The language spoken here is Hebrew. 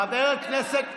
חבר הכנסת מרגי,